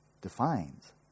defines